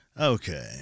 Okay